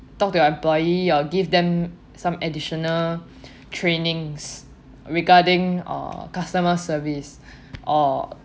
talk to your employee you'll give them some additional trainings regarding uh customer service or